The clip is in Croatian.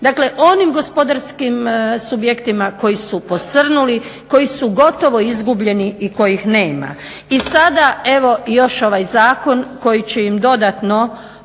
Dakle, onim gospodarskim subjektima koji su posrnuli, koji su gotovo izgubljeni i kojih nema. I sada evo i još ovaj zakon koji će im dodatno